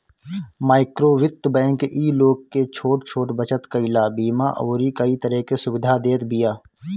माइक्रोवित्त बैंक इ लोग के छोट छोट बचत कईला, बीमा अउरी कई तरह के सुविधा देत बिया